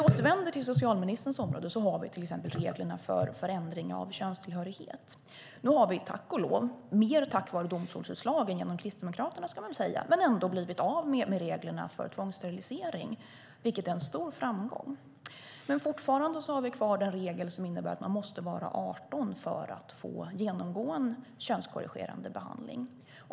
Återvänder vi till socialministerns område har vi till exempel reglerna för förändring av könstillhörighet. Nu har vi tack och lov - mer tack vare domstolsutslag än genom Kristdemokraternas försorg - blivit av med reglerna för tvångssterilisering, vilket är en stor framgång. Fortfarande har vi dock kvar den regel som innebär att man måste vara 18 år för att få genomgå en könskorrigerande behandling.